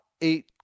eight